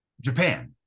Japan